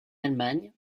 allemagne